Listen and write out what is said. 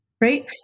right